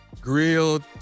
Grilled